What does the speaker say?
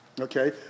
Okay